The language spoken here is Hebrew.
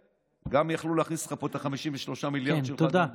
וגם יכלו להכניס לך פה את ה-53 מיליונים שלך,